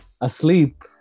asleep